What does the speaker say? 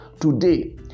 today